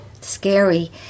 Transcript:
scary